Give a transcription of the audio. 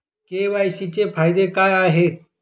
KYC चे फायदे काय आहेत?